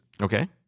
Okay